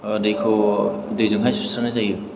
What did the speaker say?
दैखौ दैजोंहाय सुस्रानाय जायो